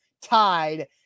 tied